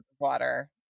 water